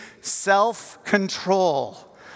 Self-control